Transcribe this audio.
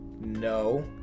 no